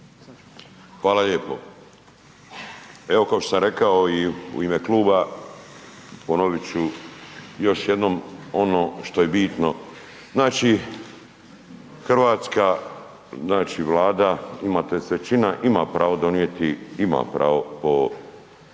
Hvala lijepo. Evo kao što sam rekao i u ime kluba ponovit ću još jednom ono što je bitno. Znači hrvatska Vlada ima tj. većina ima pravo donijeti, ima pravo po